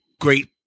great